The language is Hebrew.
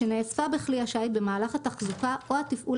שנאספה בכלי השיט במהלך התחזוקה או התפעול